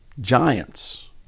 giants